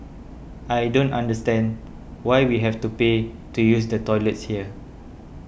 I don't understand why we have to pay to use the toilets here